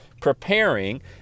preparing